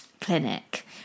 clinic